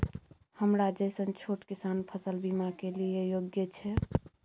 हमरा जैसन छोट किसान फसल बीमा के लिए योग्य छै?